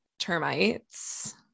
termites